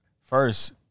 First